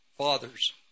fathers